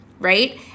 right